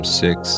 six